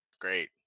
Great